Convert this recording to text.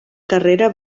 carrera